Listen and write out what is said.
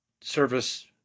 service